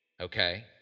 Okay